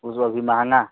वह अभी महँगा